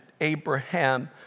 Abraham